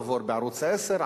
עבור בערוץ-10,